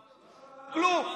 כלום.